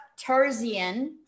Tarzian